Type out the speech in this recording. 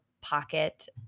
pocket